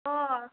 अ